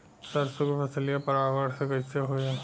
सरसो के फसलिया परागण से कईसे होई?